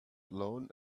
alone